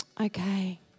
Okay